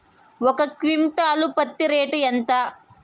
ఒక క్వింటాలు పత్తి రేటు ఎంత?